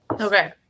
Okay